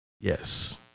Yes